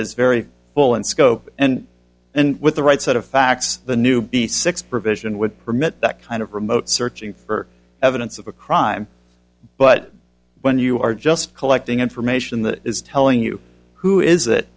is very full in scope and and with the right set of facts the new b six provision would permit that kind of remote searching for evidence of a crime but when you are just collecting information that is telling you who is it